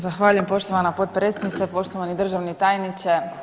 Zahvaljujem poštovana potpredsjednice, poštovani državni tajniče.